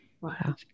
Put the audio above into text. Wow